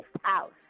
house